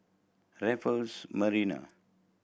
Raffles Marina